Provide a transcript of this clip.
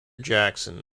jackson